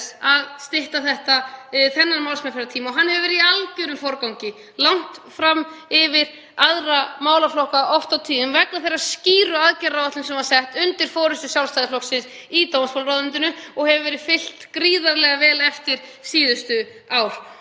að stytta málsmeðferðartíma og það hefur verið í algjörum forgangi langt fram yfir aðra málaflokka oft og tíðum vegna þeirrar skýru aðgerðaáætlunar sem var sett fram undir forystu Sjálfstæðisflokksins í dómsmálaráðuneytinu sem hefur verið fylgt gríðarlega vel eftir síðustu ár.